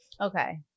Okay